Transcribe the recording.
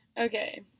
Okay